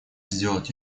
сделать